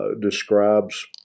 describes